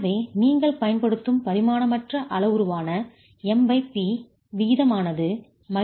எனவே நீங்கள் பயன்படுத்தும் பரிமாணமற்ற அளவுருவான MP விகிதமானது மையப் பிறழ்ச்சியான ed ஆகும்